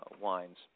wines